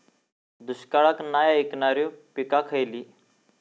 दुष्काळाक नाय ऐकणार्यो पीका खयली?